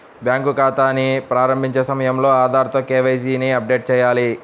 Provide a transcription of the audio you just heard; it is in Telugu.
బ్యాంకు ఖాతాని ప్రారంభించే సమయంలో ఆధార్ తో కే.వై.సీ ని అప్డేట్ చేయాలి